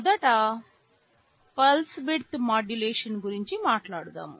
మొదట pulse width modulation గురించి మాట్లాడుదాం